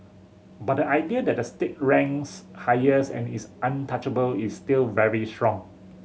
but the idea that the state ranks highest and is untouchable is still very strong